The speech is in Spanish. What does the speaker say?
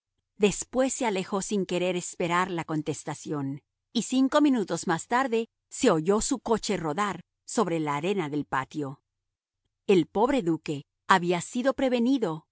después se alejó sin querer esperar la contestación y cinco minutos más tarde se oyó su coche rodar sobre la arena del patio el pobre duque había sido prevenido